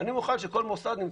שזו התקופה הנוכחית.